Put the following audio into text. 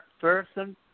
person